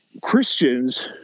Christians